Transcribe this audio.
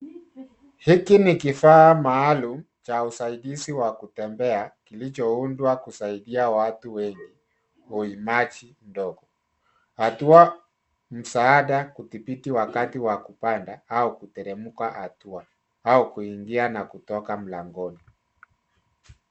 Hiki ni kifaa maulumu cha usaidizi wa kutembea, kilichoundwa kusaidia watu wengi, uimaji ndogo. Hatua msaada kudhibiti wakati wa kupanda au kuteremka hatua au kuingia na kutoka mlangoni.